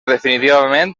definitivament